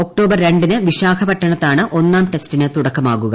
October രണ്ടിന് വിശാഖപട്ടണത്താണ് ഒന്നാം ടെസ്റ്റിന് തുടക്കമാകുക